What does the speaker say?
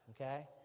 Okay